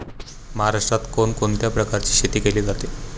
महाराष्ट्रात कोण कोणत्या प्रकारची शेती केली जाते?